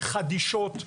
חדישות,